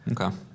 Okay